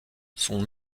son